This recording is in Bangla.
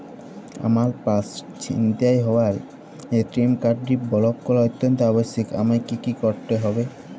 আমার পার্স ছিনতাই হওয়ায় এ.টি.এম কার্ডটি ব্লক করা অত্যন্ত আবশ্যিক আমায় কী কী করতে হবে?